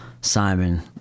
simon